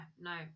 no